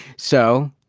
so,